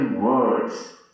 words